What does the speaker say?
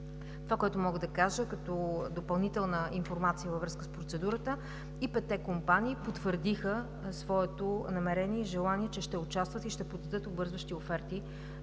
Това, което мога да кажа като допълнителна информация във връзка с процедурата, е, че и петте компании потвърдиха своето намерение и желание да участват и подадат обвързващи оферти